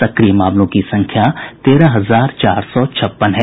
सक्रिय मामलों की संख्या तेरह हजार चार सौ छप्पन है